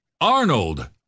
Arnold